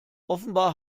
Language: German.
offenbar